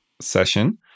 session